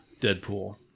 Deadpool